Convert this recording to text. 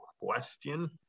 question